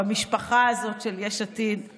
במשפחה הזאת של יש עתיד,